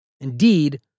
indeed